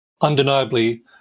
undeniably